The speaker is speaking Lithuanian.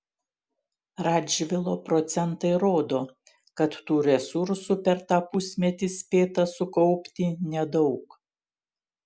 radžvilo procentai rodo kad tų resursų per tą pusmetį spėta sukaupti nedaug